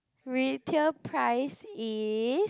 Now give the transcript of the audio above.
retail price is